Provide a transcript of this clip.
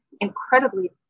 incredibly